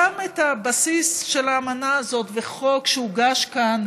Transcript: גם את הבסיס של האמנה הזאת וחוק שהוגש כאן,